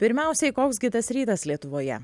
pirmiausiai koks gi tas rytas lietuvoje